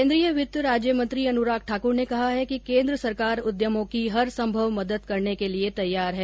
केन्द्रीय वित्त राज्य मंत्री अनुराग ठाकुर ने कहा कि केन्द्र सरकार उद्यमों की हरसंभव मदद करने के लिए तैयार है